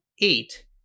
eight